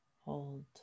hold